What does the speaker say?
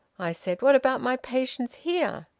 i said, what about my patients here?